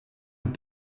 have